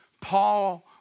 Paul